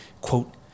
quote